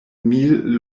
mil